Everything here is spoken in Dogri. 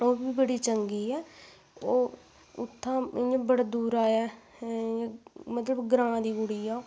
ओह् बी बड़ी चंगी ऐ ओह् उत्थुआं इ'यां बड़ी दूरा ऐ मतलब ग्रांऽ दी कुड़ी ऐ ओह्